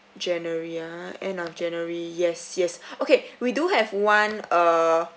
january ah end of january yes yes okay we do have one uh